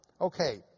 Okay